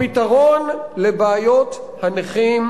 הפתרון לבעיות הנכים,